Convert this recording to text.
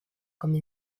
come